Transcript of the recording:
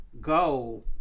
go